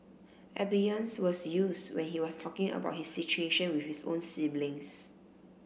Abeyance was used when he was talking about his situation with his own siblings